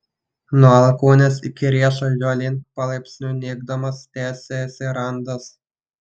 nuo alkūnės iki riešo jo link palaipsniui nykdamas tęsėsi randas